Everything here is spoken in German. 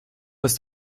ist